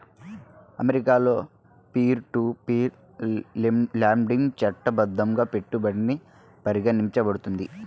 అమెరికాలో peer to peer lending చట్టబద్ధంగా పెట్టుబడిగా పరిగణించబడుతుంది